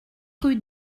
rue